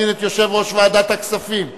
178 והוראת שעה), התשע"א 2010,